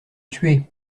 tué